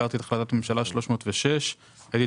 הזכרתי את החלטת הממשלה 306. הייתי